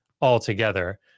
altogether